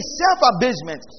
self-abasement